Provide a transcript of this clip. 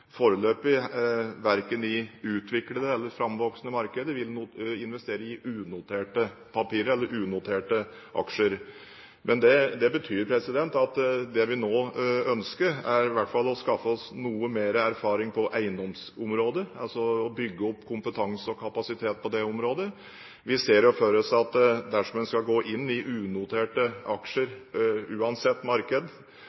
foreløpig verken i utviklede eller framvoksende markeder vil investere i unoterte papirer eller unoterte aksjer. Det betyr at det vi nå ønsker, er å skaffe oss noe mer erfaring på eiendomsområdet, å bygge opp kompetanse og kapasitet på det området. Vi ser for oss at dersom man skal gå inn i unoterte